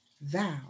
Thou